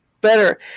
better